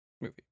movie